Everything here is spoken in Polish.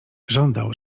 żądał